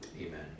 Amen